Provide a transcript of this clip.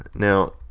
now,